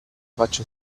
faccia